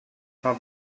paar